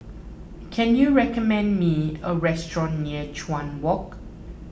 can you recommend me a restaurant near Chuan Walk